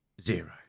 zero